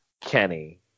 Kenny